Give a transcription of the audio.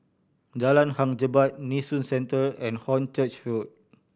Jalan Hang Jebat Nee Soon Central and Hornchurch Road